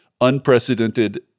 unprecedented